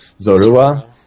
Zorua